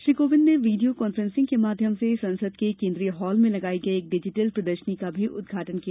श्री कोविंद ने video conferencing के माध्यम से संसद के केन्द्रीय हाल में लगाई गई एक डिजिटल प्रदर्शनी का भी उद्घाटन किया